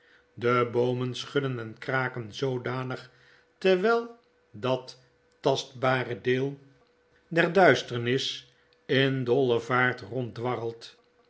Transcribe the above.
de boomen schudden en kraken zoodanig terwfll dat tastbare deel der duisternis in dolle vaart